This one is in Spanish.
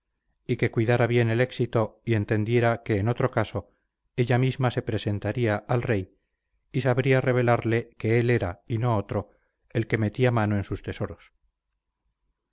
y que cuidara bien del éxito y entendiera que en otro caso ella misma se presentaría al rey y sabría revelarle que él era y no otro el que metía mano en sus tesoros